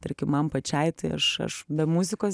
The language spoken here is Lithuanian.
tarkim man pačiai tai aš aš be muzikos